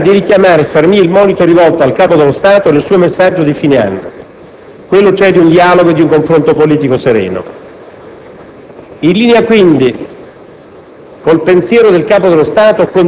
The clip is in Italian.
sento anche di fronte a voi, onorevoli colleghi, la necessità di richiamare e far mio il monito rivolto dal Capo dello Stato nel suo messaggio di fine anno, cioè quello di un dialogo e di un confronto politico sereno.